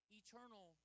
eternal